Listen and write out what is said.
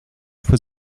für